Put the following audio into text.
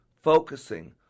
focusing